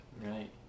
Right